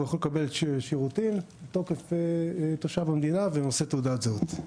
הוא יכול לקבל שירותים מתוקף תושב המדינה והוא תעודת זהות.